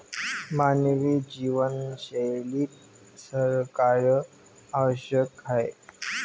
मानवी जीवनशैलीत सहकार्य आवश्यक आहे